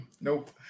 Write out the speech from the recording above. nope